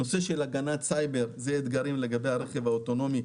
הגנת סייבר גם זה אתגר שניתן לו מענה ברכב אוטונומי,